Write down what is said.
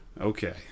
Okay